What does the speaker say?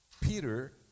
Peter